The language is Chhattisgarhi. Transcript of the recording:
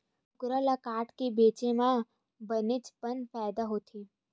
कुकरा ल काटके बेचे म बनेच पन फायदा होथे